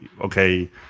okay